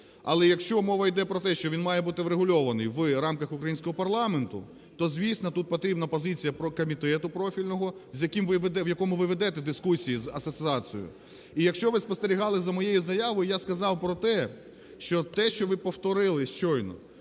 Але якщо мова йде про те, що він має бути врегульований в рамках українського парламенту, то звісно, тут потрібна позиція комітету профільного в якому ви ведете дискусії з асоціацією. І якщо ви спостерігали за моєю заявою, я сказав проте, що те, що ви повторили щойно,